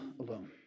alone